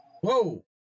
whoa